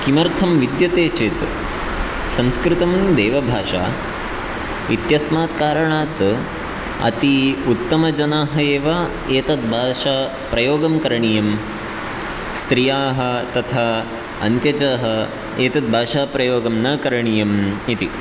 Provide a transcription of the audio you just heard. किमर्थं विद्यते चेत् संस्कृतं देवभाषा इत्यस्मात् कारणात् अति उत्तमजनाः एव एतद् भाषा प्रयोगं करणीयं स्त्रियः तथा अन्त्यजाः एतद् भाषाप्रयोगं न करणीयम् इति